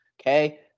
Okay